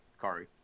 Kari